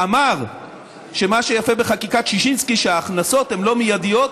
אמר שמה שיפה בחקיקת ששינסקי הוא שההכנסות הן לא מיידיות,